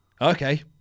okay